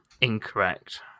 Incorrect